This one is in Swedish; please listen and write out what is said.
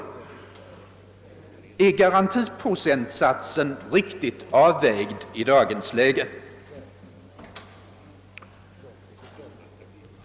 Och är garantiprocentsatsen riktigt avvägd i dagens läge?